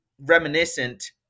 reminiscent